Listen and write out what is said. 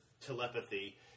telepathy